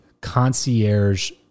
concierge